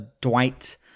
dwight